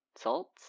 salts